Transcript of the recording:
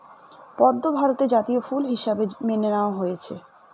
পদ্ম ভারতের জাতীয় ফুল হিসাবে মেনে নেওয়া হয়েছে